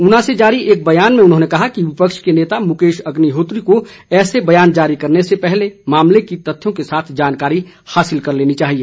ऊना से जारी एक बयान में उन्होंने कहा कि विपक्ष के नेता मुकेश अग्निहोत्री को ऐसे बयान जारी करने से पहले मामले की तथ्यों के साथ जानकारी हासिल कर लेनी चाहिए